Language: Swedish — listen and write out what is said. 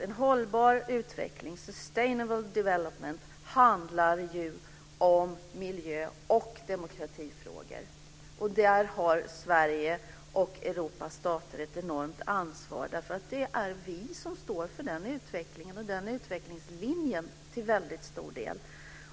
En hållbar utveckling, sustainable development, handlar ju om miljön och om demokratifrågor, och i det sammanhanget har Sverige och Europas stater ett enormt ansvar. Det är till väldigt stor del vi som står för den utvecklingslinjen.